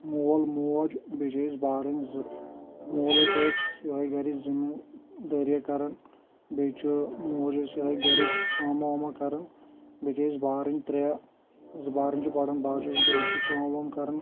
موٗل موٗجۍ بیٚیہِ چھِ أسۍ بارٕنۍ زٕ موٗل حظ چھِ اسہِ یِہٲے گَھرِچۍ زٔمیٖندٲریَہ کَران بیٚیہِ چھِ موٗجۍ حظ چھِ یِہٲے گَھرٕچۍ کٲمہ وٲمہ کَران بیٚیہِ چھِ أسۍ بارٕنۍ ترٛےٚ زٕ بارٕنۍ چھِ پَران بہٕ حظ چھُس گَھرِچی کٲم وٲم کَران